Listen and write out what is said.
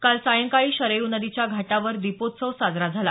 काल सायंकाळी शरयू नदीच्या घाटावर दीपोत्सव साजरा झाला